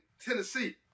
Tennessee